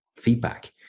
feedback